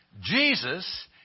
Jesus